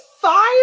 five